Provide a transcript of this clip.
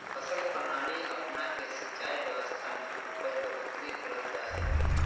फसल प्रणाली अपना के सिंचाई व्यवस्था में उपज बढ़ोतरी करल जा हइ